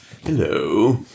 hello